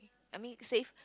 I mean save